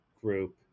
group